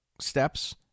steps